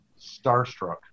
Starstruck